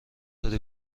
داری